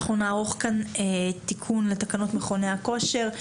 אנחנו נערוך כאן תיקון לתקנות מכוני הכושר.